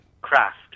craft